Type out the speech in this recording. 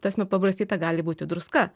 ta prasme pabarstyta gali būti druska